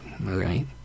right